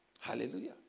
Hallelujah